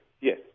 Yes